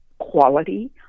quality